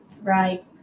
Right